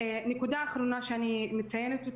נקודה אחרונה שאני מציינת,